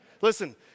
Listen